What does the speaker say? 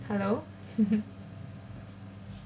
hello